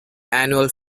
annual